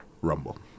Rumble